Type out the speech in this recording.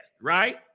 right